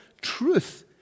truth